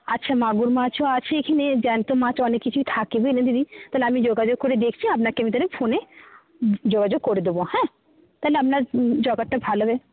আচ্ছা মাগুর মাছও আছে এখানে জ্যান্ত মাছও অনেক কিছুই থাকে বুঝলেন দিদি তাহলে আমি যোগাযোগ করে দেখছি আপনাকে আমি তাহলে ফোনে যোগাযোগ করে দেবো হ্যাঁ তাহলে আপনার ভালো হবে